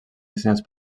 dissenyats